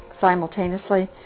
simultaneously